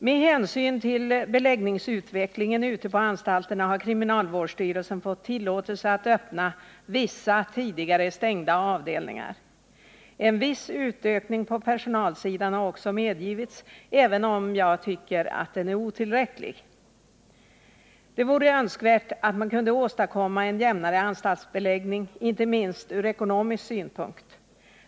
Med hänsyn till beläggningsutvecklingen ute på anstalterna har kriminalvårdsstyrelsen fått tillåtelse att öppna vissa tidigare stängda avdelningar. En viss ökning på personalsidan har också medgivits, även om jag tycker att den är otillräcklig. Det vore önskvärt att man kunde åstadkomma en jämnare anstaltsbeläggning inte minst ur ekonomisk synpunkt.